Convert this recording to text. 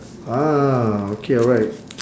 ah okay alright